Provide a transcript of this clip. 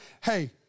Hey